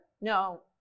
No